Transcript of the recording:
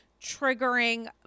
triggering